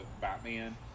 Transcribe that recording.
Batman